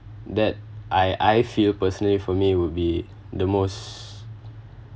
that I I feel personally for me would be the most